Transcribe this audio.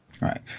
Right